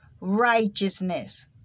righteousness